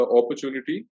opportunity